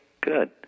Good